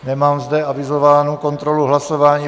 Nemám zde avizovanou kontrolu hlasování.